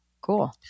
Cool